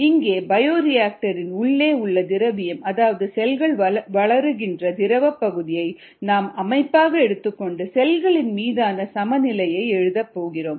இங்கே பயோரியாக்டர் இன் உள்ளே உள்ள திரவியம் அதாவது செல்கள் வளருகின்ற திரவப்பகுதியை நம் அமைப்பாக எடுத்துக்கொண்டு செல்களின் மீதான சமநிலையை எழுதப் போகிறோம்